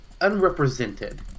unrepresented